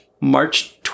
March